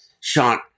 shot